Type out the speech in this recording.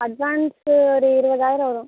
advance ஒரு இருபதாயிரம் வரும்